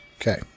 Okay